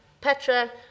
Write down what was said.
Petra